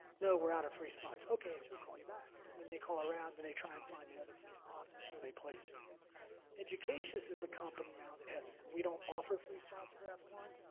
no, we're out of free spots okay, we'll call you back and then they call around then they try and find the other free spots before they placed here educatius is a company now that has we don't offer free spots for f one.